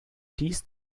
dies